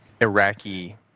Iraqi